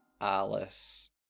Alice